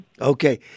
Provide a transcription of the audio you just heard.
Okay